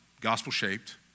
gospel-shaped